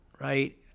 right